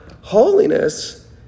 holiness